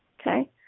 okay